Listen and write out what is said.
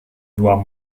byłam